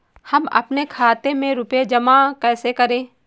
हम अपने खाते में रुपए जमा कैसे करें?